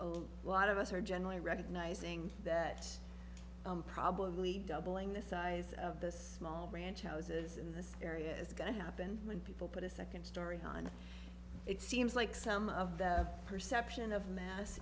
lot lot of us are generally recognizing that probably doubling the size of this small branch houses in this area is going to happen when people put a second story on it seems like some of the perception of mass